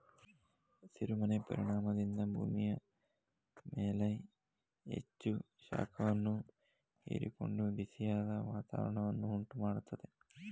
ಹಸಿರು ಮನೆ ಪರಿಣಾಮದಿಂದ ಭೂಮಿಯ ಮೇಲ್ಮೈ ಹೆಚ್ಚು ಶಾಖವನ್ನು ಹೀರಿಕೊಂಡು ಬಿಸಿಯಾದ ವಾತಾವರಣವನ್ನು ಉಂಟು ಮಾಡತ್ತದೆ